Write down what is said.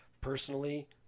personally